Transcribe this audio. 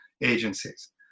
agencies